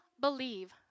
believe